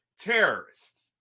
terrorists